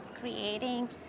creating